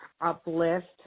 uplift